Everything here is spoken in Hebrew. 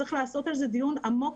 צריך לערוך על זה דיון עמוק,